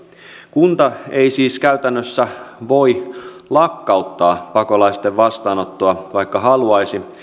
kunta ei siis käytännössä voi lakkauttaa pakolaisten vastaanottoa vaikka haluaisi